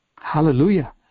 hallelujah